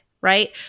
right